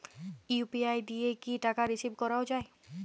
UPI দিয়ে কি টাকা রিসিভ করাও য়ায়?